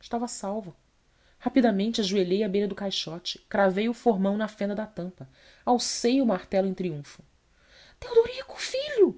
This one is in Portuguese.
estava salvo rapidamente ajoelhei à beira do caixote cravei o formão na fenda da tampa alcei o martelo em triunfo teodorico filho